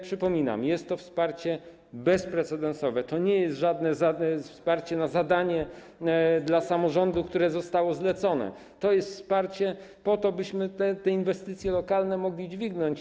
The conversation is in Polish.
Przypominam, że jest to wsparcie bezprecedensowe, to nie jest żadne wsparcie na zadanie dla samorządu, które zostało zlecone, to jest wsparcie po to, byśmy te inwestycje lokalne mogli dźwignąć.